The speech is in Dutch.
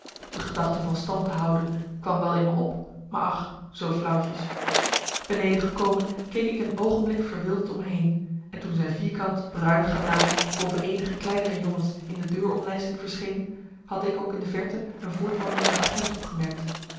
de gedachte van stand te houden kwan wel in me op maar ach zoo flauwtjes beneden gekomen keek ik een oogenblik verwilderd om me heen en toen zijn vierkant bruin gelaat boven eenige kleinere jongens in de deuromlijsting verscheen had ik ook in de verte een voortwandelende agent opgemerkt